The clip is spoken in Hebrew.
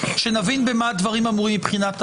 שנבין במה דברים אמורים מבחינת עלויות.